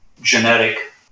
genetic